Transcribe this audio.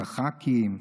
לח"כים,